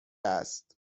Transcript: است